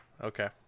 Okay